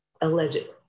allegedly